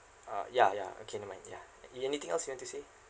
ah ya ya okay never mind ya you've anything else you want to say